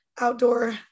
outdoor